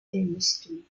dynasty